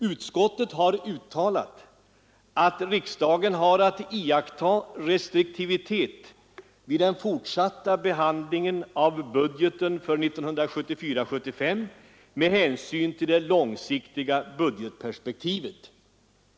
Utskottet har uttalat att riksdagen har att iaktta restriktivitet vid den fortsatta behandlingen av budgeten för 1974/75 med hänsyn till det långsiktiga budgetperspektivet.